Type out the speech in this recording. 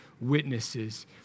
witnesses